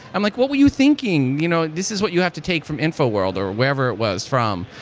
i'm like, what were you thinking? you know this is what you have to take from infoworld or wherever it was from.